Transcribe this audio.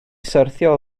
syrthio